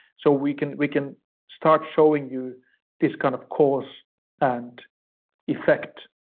so we can we can start showing you this kind of cause and effect,